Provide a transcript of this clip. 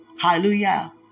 Hallelujah